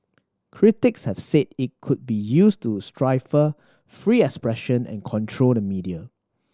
critics have said it could be used to stifle free expression and control the media